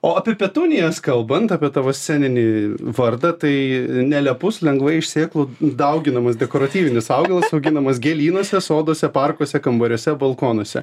o apie petunijas kalbant apie tavo sceninį vardą tai nelepus lengvai iš sėklų dauginamas dekoratyvinis augalas auginamas gėlynuose soduose parkuose kambariuose balkonuose